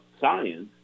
science